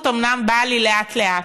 הנכות אומנם באה לי לאט-לאט.